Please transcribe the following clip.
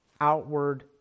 outward